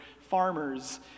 farmers